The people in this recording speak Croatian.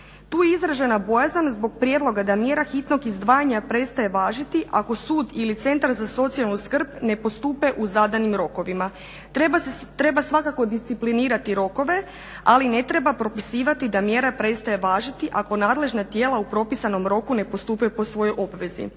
Tu je izražena bojazan zbog prijedloga da mjera hitnog izdvajanja prestaje važiti ako sud ili centar za socijalnu skrb ne postupe u zadanim rokovima. Treba svakako disciplinirati rokove ali ne treba propisivati da mjera prestaje važiti ako nadležna tijela u propisanom roku ne postupe po svojoj obvezi.